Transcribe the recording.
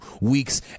weeks